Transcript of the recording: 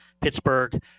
Pittsburgh